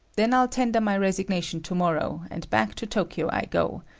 then i'll tender my resignation tomorrow, and back to tokyo i go.